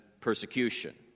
persecution